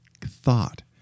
thought